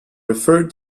referred